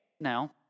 No